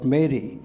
Mary